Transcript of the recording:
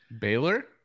Baylor